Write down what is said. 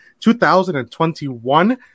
2021